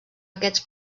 aquests